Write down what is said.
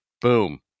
boom